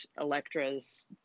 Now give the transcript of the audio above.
Electra's